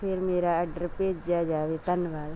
ਫਿਰ ਮੇਰਾ ਆਡਰ ਭੇਜਿਆ ਜਾਵੇ ਧੰਨਵਾਦ